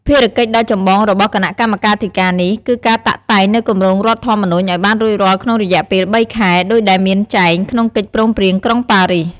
ភារកិច្ចដ៏ចម្បងរបស់ គណៈកម្មាធិការនេះ គឺការតាក់តែងនូវគម្រោងរដ្ឋធម្មនុញ្ញឱ្យបានរួចរាល់ក្នុងរយៈពេលបីខែ ដូចដែលមានចែងក្នុងកិច្ចព្រមព្រៀងក្រុងប៉ារីស។